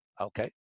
Okay